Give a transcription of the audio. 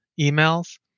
emails